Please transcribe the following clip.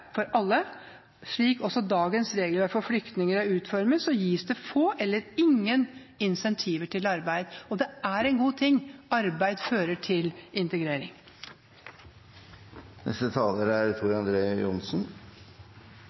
for alle. Slik dagens regler for flyktninger utformes, gis det få eller ingen incentiver til arbeid. Det er en god ting –, arbeid fører til integrering. Fremskrittspartiet har flere ganger blitt beskyldt for både å skape rasisme og å spre fremmedfrykt. Det er